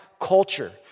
culture